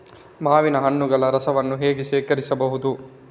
ಮಾವಿನ ಹಣ್ಣುಗಳ ರಸವನ್ನು ಹೇಗೆ ಶೇಖರಿಸಬಹುದು?